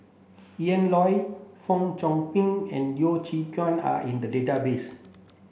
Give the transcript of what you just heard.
Ian Loy Fong Chong Pik and Yeo Chee Kiong are in the database